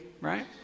Right